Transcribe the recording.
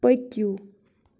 پٔکِو